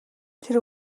тэр